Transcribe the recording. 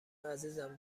عزیزم